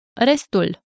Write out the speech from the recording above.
Restul